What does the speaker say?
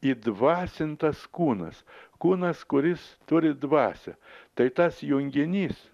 įdvasintas kūnas kūnas kuris turi dvasią tai tas junginys